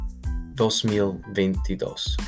2022